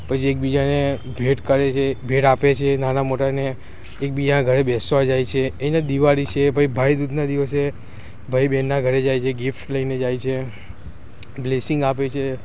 પછી એકબીજાને ભેટ કરે છે ભેટ આપે છે નાના મોટાને એકબીજાના ઘરે બેસવા જાય છે એટલે દિવાળી છે પછી ભાઈબીજના દિવસે ભાઈ બેનના ઘરે જાય છે ગિફ્ટ લઈને જાય છે બ્લેસિંગ આપે છે